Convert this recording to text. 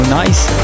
nice